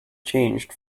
changed